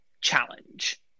challenge